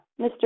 Mr